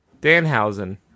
Danhausen